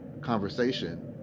conversation